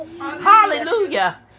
Hallelujah